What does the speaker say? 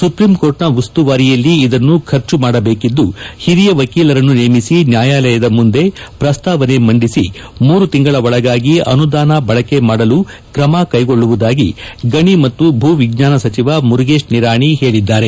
ಸುಪ್ರೀಂಕೋರ್ಟ್ನ ಉಸ್ತುವಾರಿಯಲ್ಲಿ ಇದನ್ನು ಖರ್ಚು ಮಾಡಬೇಕಿದ್ದು ಹಿರಿಯ ವಕೀಲರನ್ನು ನೇಮಿಸಿ ನ್ನಾಯಾಲಯದ ಮುಂದೆ ಪ್ರಸ್ತಾವನೆ ಮಂಡಿಸಿ ಮೂರು ತಿಂಗಳ ಒಳಗಾಗಿ ಅನುದಾನ ಬಳಕೆ ಮಾಡಲು ಕ್ರಮ ಕ್ಟೆಗೊಳ್ಳುವುದಾಗಿ ಗಣಿ ಮತ್ತು ಭೂ ವಿಜ್ಞಾನ ಸಚಿವ ಮುರುಗೇಶ್ ನಿರಾಣಿ ಹೇಳಿದರು